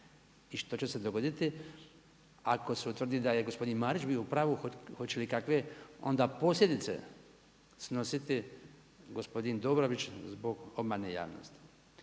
I što će se dogoditi ako se utvrdi da je gospodin Marić bio u pravu, hoće li kakve onda posljedice snositi gospodin Dobrović zbog obmane javnosti?